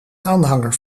aanhanger